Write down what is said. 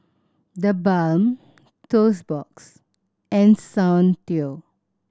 TheBalm Toast Box and Soundteoh